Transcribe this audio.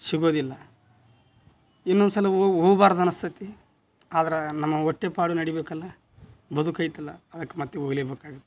ಸಿಗೋದಿಲ್ಲ ಇನ್ನೊಂದ್ಸಲ ಹೋಗಿ ಹೋಗ್ಬಾರ್ದನಸ್ತತಿ ಆದರೆ ನಮ್ಮ ಹೊಟ್ಟೆಪಾಡು ನಡಿಬೇಕಲ್ಲ ಬದುಕೈತಲ್ಲ ಅದಕ್ಕೆ ಮತ್ತೆ ಹೋಗ್ಲೇಬೇಕಾಗುತ್ತ